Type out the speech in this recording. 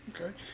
Okay